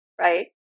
Right